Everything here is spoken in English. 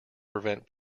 prevent